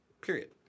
Period